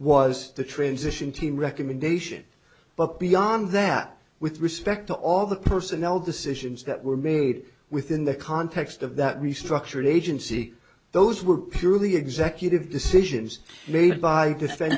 was the transition team recommendation but beyond that with respect to all the personnel decisions that were made within the context of that restructuring agency those were purely executive decisions made by de